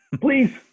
please